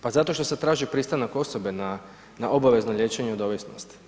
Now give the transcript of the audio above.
Pa zato što se traži pristanak osobe na obavezno liječenje od ovisnosti.